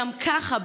גם ככה,